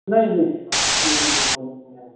نہیں نہیں نہیں نہیں وہ نہیں ہے